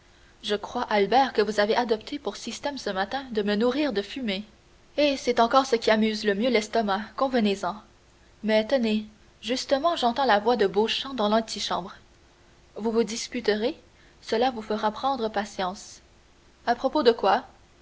je crois albert que vous avez adopté pour système ce matin de me nourrir de fumée eh c'est encore ce qui amuse le mieux l'estomac convenez-en mais tenez justement j'entends la voix de beauchamp dans l'antichambre vous vous disputerez cela vous fera prendre patience à propos de quoi